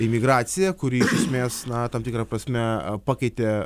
imigracija kuri iš esmės na tam tikra prasme pakeitė